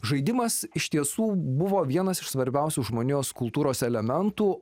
žaidimas iš tiesų buvo vienas iš svarbiausių žmonijos kultūros elementų